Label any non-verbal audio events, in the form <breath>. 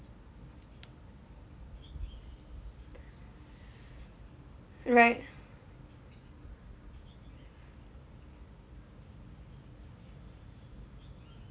<breath> right